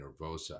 nervosa